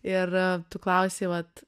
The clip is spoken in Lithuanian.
ir tu klausei vat